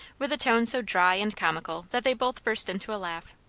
with a tone so dry and comical that they both burst into a laugh.